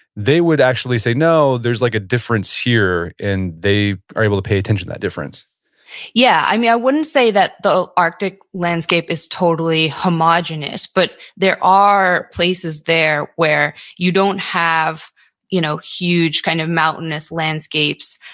they would actually say, no, there's like a difference here. and they are able to pay attention to that difference yeah. i mean, i wouldn't say that the arctic landscape is totally homogenous, but there are places there where you don't have you know huge kind of mountainous landscapes.